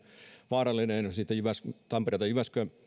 vaarallinen kehittäminen tampereelta